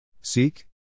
Seek